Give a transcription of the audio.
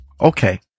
Okay